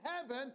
heaven